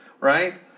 right